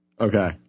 Okay